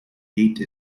ate